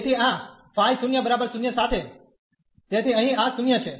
તેથી આ ϕ 0 સાથે તેથી અહીં આ 0 છે